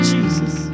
Jesus